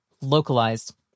localized